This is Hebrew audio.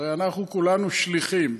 הרי אנחנו כולנו שליחים,